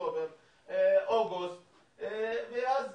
אוקטובר או אוגוסט ואז